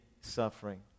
suffering